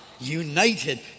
united